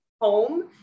home